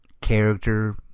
character